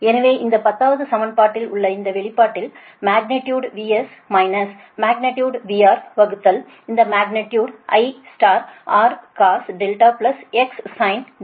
எனவே இந்த 10 வது சமன்பாடில் இல் உள்ள இந்த வெளிப்பாட்டில் magnitude VS minus magnitude VR வகுத்தல் இந்த மக்னிடியுடு IRcos δXsin δ